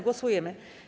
Głosujemy.